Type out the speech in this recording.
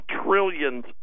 trillions